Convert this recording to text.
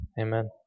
amen